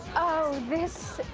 oh, this